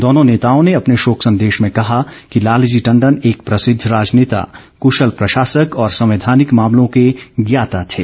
दोनों नेताओं ने अपने शोक संदेश में कहा कि लालजी टंडन एक प्रसिद्ध राजनेता कृशल प्रशासक और संवैधानिक मामलों के ज्ञाता थे